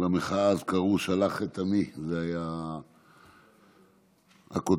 למחאה אז קראו "שלח את עמי", זו הייתה הכותרת.